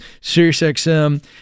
SiriusXM